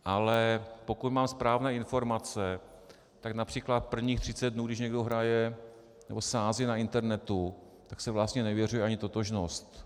Ale pokud mám správné informace, tak například prvních třicet dnů, když někdo hraje nebo sází na internetu, tak se vlastně neověřuje ani totožnost.